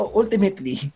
ultimately